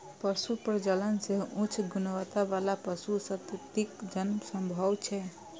पशु प्रजनन सं उच्च गुणवत्ता बला पशु संततिक जन्म संभव छै